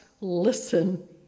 listen